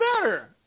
better